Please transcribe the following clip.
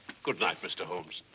good night, mr. holmes.